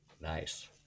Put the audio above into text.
Nice